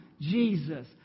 Jesus